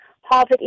Harvard